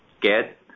get